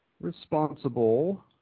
responsible